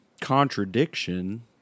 contradiction